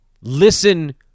Listen